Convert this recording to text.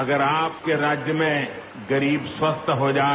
अगर आपके राज्य में गरीब स्वस्थ हो जाए